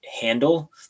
handle